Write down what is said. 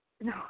No